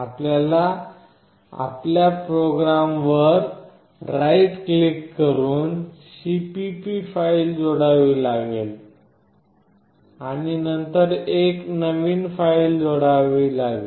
आपल्याला आपल्या प्रोग्राम वर राइट क्लिक करून सीपीपी फाईल जोडावी लागेल आणि नंतर एक नवीन फाइल जोडावे लागेल